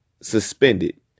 suspended